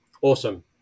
Awesome